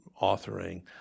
authoring